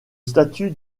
statut